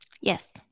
Yes